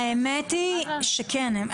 האמת היא שכן,